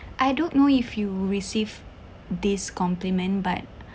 I don't know if you received this compliment but